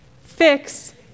Fix